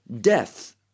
death